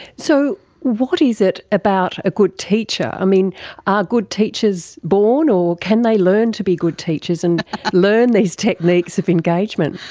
so what is it about a good teacher? are ah good teachers born or can they learn to be good teachers and learn these techniques of engagement?